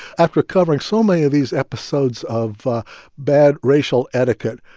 after covering so many of these episodes of bad racial etiquette,